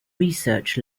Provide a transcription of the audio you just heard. research